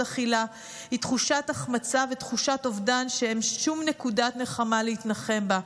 אכילה היא תחושת החמצה ותחושת אובדן שאין שום נקודת נחמה להתנחם בה.